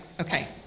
Okay